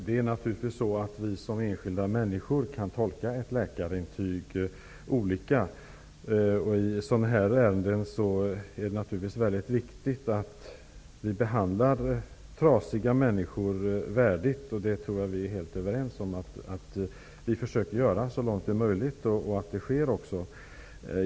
Herr talman! Vi kan naturligtvis som enskilda människor tolka läkarintyg olika, och i sådana här ärenden är det mycket viktigt att vi behandlar trasiga människor värdigt. Jag tror att statsrådet och jag är helt överens om att vi försöker göra det så långt det är möjligt.